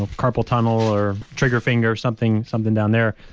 ah carpal tunnel or trigger finger or something something down there,